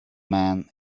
man